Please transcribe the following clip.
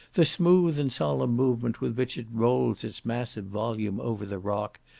the smooth and solemn movement with which it rolls its massive volume over the rock,